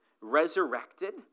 resurrected